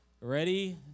Ready